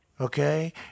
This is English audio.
okay